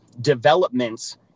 developments